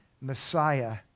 Messiah